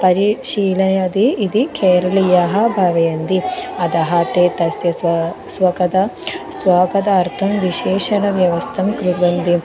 परिशीलयति इति केरलीयः भावयन्ति अतः ते तस्य स्व स्वागतं स्वागतार्थं विशेषव्यवस्थां कुर्वन्ति